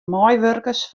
meiwurkers